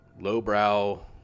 lowbrow